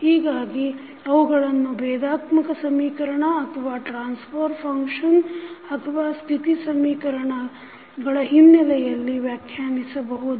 ಹೀಗಾಗಿ ಅವುಗಳನ್ನು ಭೇದಾತ್ಮಕ ಸಮೀಕರಣ ಅಥವಾ ಟ್ರಾನ್ಸಫರ್ ಫಂಕ್ಷನ್ ಅಥವಾ ಸ್ಥಿತಿ ಸಮೀಕರಣಗಳ ಹಿನ್ನೆಲೆಯಲ್ಲಿ ವ್ಯಾಖ್ಯಸನಿಸಬಹುದು